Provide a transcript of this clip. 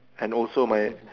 and also my